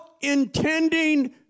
intending